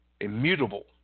Immutable